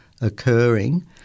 occurring